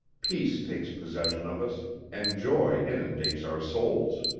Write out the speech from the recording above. peace takes possession of us and joy inundates our souls.